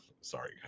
Sorry